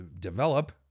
develop